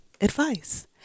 advice